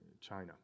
China